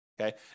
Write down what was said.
okay